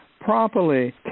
properly